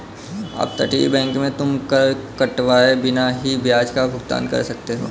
अपतटीय बैंक में तुम कर कटवाए बिना ही ब्याज का भुगतान कर सकते हो